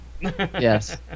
Yes